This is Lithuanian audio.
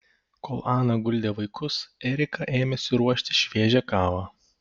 kol ana guldė vaikus erika ėmėsi ruošti šviežią kavą